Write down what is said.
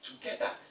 together